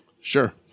Sure